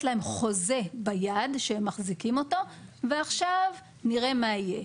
להם חוזה ביד שהם מחזיקים אותו ועכשיו נראה מה יהיה.